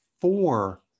four